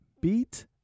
beat